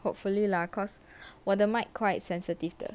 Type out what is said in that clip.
hopefully lah cause water might quite sensitive